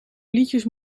liedjes